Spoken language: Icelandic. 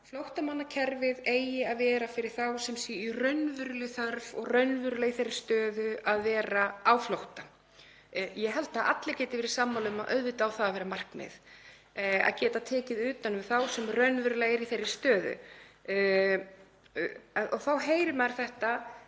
flóttamannakerfið eigi að vera fyrir þá sem eru í raunverulegri þörf og raunverulega í þeirri stöðu að vera á flótta. Ég held að allir geti verið sammála um að auðvitað á markmiðið að vera að geta tekið utan um þá sem raunverulega eru í þeirri stöðu. Þá heyrir maður þetta;